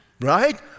right